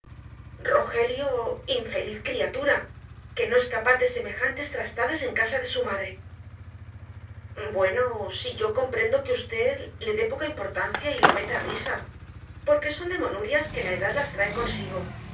rogelio infeliz criatura que no es capaz de semejantes trastadas en casa de su madre bueno si yo comprendo que v le dé poca importancia y lo meta á risa porque son demoniuras que la edad las trae consigo